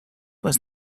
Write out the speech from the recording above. was